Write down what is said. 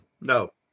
No